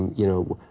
you know,